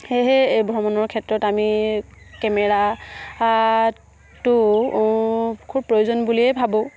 সেয়েহে এই ভ্ৰমণৰ ক্ষেত্ৰত আমি কেমেৰাটো খুব প্ৰয়োজন বুলিয়েই ভাবোঁ